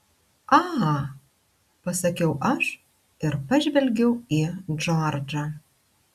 a pasakiau aš ir pažvelgiau į džordžą